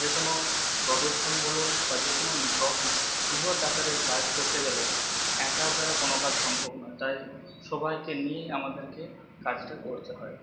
যে কোনো প্রদর্শন বলুন বা যে কোনো বৃহৎ আকারের কাজ করতে গেলে একার দ্বারা কোনো কাজ সম্ভব নয় তাই সবাইকে নিয়ে আমাদেরকে কাজটা করতে হয়